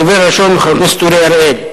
הדובר הראשון הוא חבר הכנסת אורי אריאל,